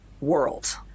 world